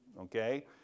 okay